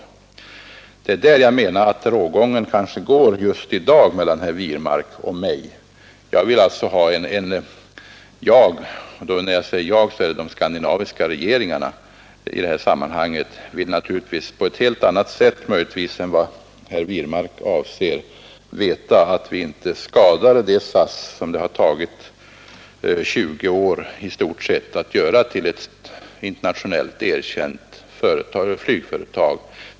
Det är där jag menar att rågången kanske går just i dag mellan herr Wirmark och mig. Jag — och när jag säger ”jag” menar jag i det här sammanhanget de skandinaviska regeringarna — vill veta, möjligtvis på ett helt annat sätt än herr Wirmark avser, att vi inte skadar det SAS som det i stort sett har tagit 20 år att göra till ett internationellt erkänt flygföretag.